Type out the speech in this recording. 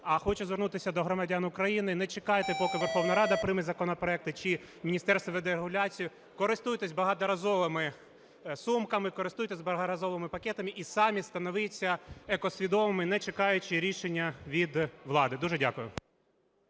Хочу звернутися до громадян України. Не чекайте, поки Верховна Рада прийме законопроекти чи міністерство введе регуляцію. Користуйтесь багаторазовими сумками, користуйтесь багаторазовими пакетами і самі ставайте екосвідомими, не чекаючи рішення від влади. Дуже дякую.